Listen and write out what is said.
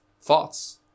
thoughts